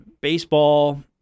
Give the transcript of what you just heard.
baseball